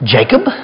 Jacob